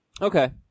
Okay